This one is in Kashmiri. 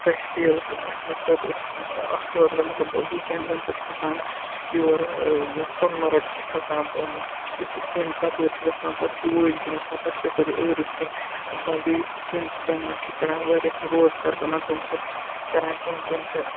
فریش فیٖل گژھنہٕ خٲطرٕ اَتھوارِ دۄہ مطلب ویٖک ایٚنٛڈزَن پٮ۪ٹھ کھَسان یور سۄنہٕ مرٕگ چھِ کھَسان تم یُس یہِ سِن تَپٲرۍ چھِ وَسان پَتہٕ چھِ وٲیل کِنۍ وَسان پَتہٕ چھِ یَپٲرۍ ٲرژ کِنۍ وَسان بیٚیہِ یُس یہِ سِن چھِ تَمہِ منٛز مَنٛز چھِ کَڑان واریاہَن روزگار بَنان تم چھِ کَران کٲم تم چھِ